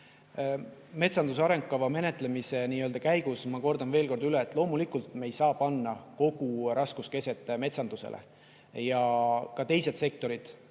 Metsanduse arengukava menetlemise käigus, ma kordan veel üle, loomulikult me ei saa panna kogu raskuskeset metsandusele. Ka teised sektorid